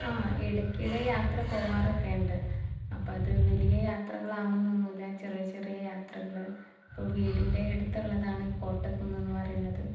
ഇടക്ക് ഇടക്ക് യാത്ര പോവാറൊക്കെ ഉണ്ട് അപ്പം അത് വലിയ യാത്രകളാണെന്നൊന്നും ഇല്ല ചെറിയ ചെറിയ യാത്രകൾ ഇപ്പോൾ വീടിൻ്റെ അടുത്തുള്ളതാണ് കോട്ടക്കുന്ന്ന്ന് പറയുന്നത്